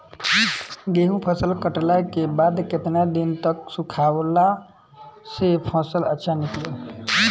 गेंहू फसल कटला के बाद केतना दिन तक सुखावला से फसल अच्छा निकली?